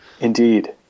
Indeed